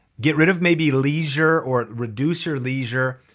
get rid of maybe leisure or reduce your leisure,